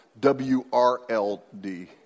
W-R-L-D